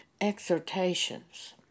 exhortations